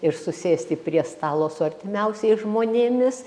ir susėsti prie stalo su artimiausiais žmonėmis